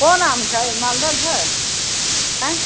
कोन आम छै मालदह छै आंय